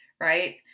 right